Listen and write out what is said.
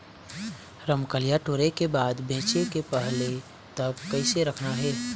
रमकलिया टोरे के बाद बेंचे के पहले तक कइसे रखना हे?